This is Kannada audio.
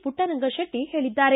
ಪುಟ್ಟರಂಗಶೆಟ್ಟಿ ಹೇಳಿದ್ದಾರೆ